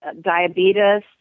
diabetes